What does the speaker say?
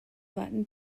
latin